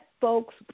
folks